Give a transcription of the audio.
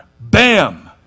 Bam